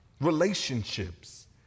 relationships